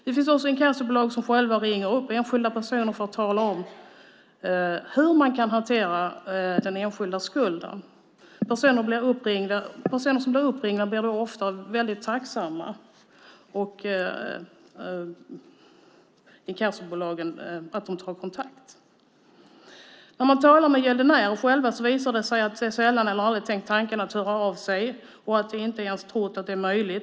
Det finns också inkassobolag som själva ringer upp enskilda personer för att tala om hur man kan hantera den enskildes skulder. Personer som blir uppringda blir ofta väldigt tacksamma för att inkassobolagen tar kontakt. När man talar med gäldenärerna själva visar det sig att de sällan eller aldrig har tänkt tanken att höra av sig och att de inte ens trott att det var möjligt.